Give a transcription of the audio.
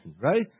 right